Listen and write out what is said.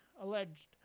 alleged